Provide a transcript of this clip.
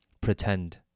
pretend